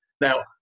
Now